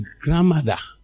grandmother